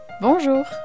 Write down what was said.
Bonjour